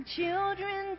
children